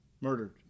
murdered